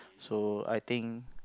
so I think